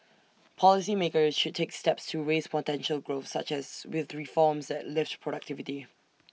policy makers should take steps to raise potential growth such as with reforms that lift productivity